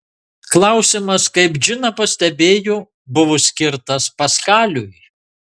klausimas kaip džina pastebėjo buvo skirtas paskaliui